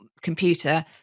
computer